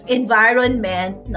environment